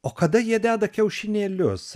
o kada jie deda kiaušinėlius